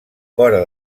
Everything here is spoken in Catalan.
fora